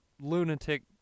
lunatic